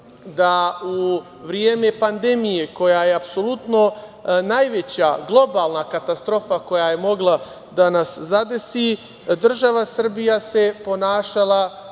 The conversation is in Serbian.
da u vreme pandemije, koja je apsolutno najveća globalna katastrofa koja je mogla da nas zadesi, država Srbija se ponašala